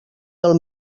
del